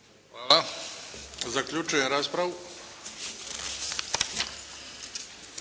Hvala. Zaključujem raspravu.